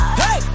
hey